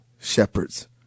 shepherds